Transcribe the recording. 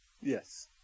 Yes